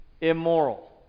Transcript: immoral